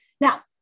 Now